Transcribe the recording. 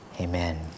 amen